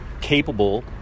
capable